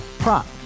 Prop